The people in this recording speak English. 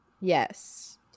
Yes